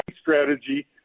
strategy